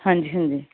ਹਾਂਜੀ ਹਾਂਜੀ